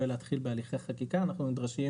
ולהתחיל בהליכי חקיקה אנחנו נדרשים